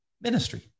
Ministry